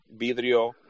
Vidrio